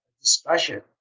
discussion